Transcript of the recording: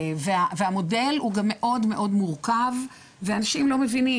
המודל הוא גם מאוד מורכב ואנשים לא מבינים,